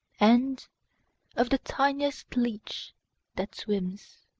and of the tiniest leech that swims.